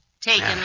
Taken